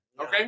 okay